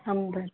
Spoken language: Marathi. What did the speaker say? हां बरं